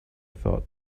thought